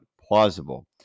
plausible